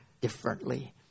differently